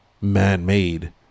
man-made